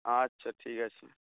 আচ্ছা ঠিক আছে